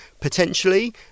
potentially